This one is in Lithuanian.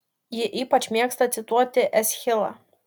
ji ypač mėgsta cituoti eschilą